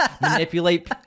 manipulate